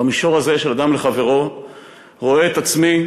במישור הזה של בין אדם לחברו אני רואה את עצמי,